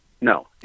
no